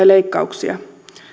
leikkauksia